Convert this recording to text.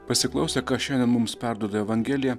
pasiklausę ką šiandien mums perduoda evangelija